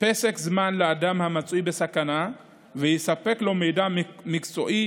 פסק זמן לאדם שבסכנה ויספק לו מידע מקצועי